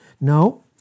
No